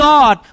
God